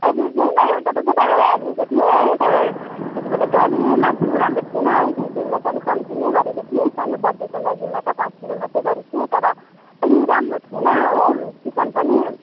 हजुर त्यहीँबाट तपाईँकैबाट ल्याएको थियो है तर त्यतिबेला चाहिँ अलि मासु राम्रो थिएन है त्यतिबेला अलि कम्ति गरेको थिएँ सानो बर्थडेको लागिमा त पाँच किलो मात्रै गरेको थिएँ तर अलि राम्रो थिएन हो चिकन पनि